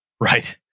right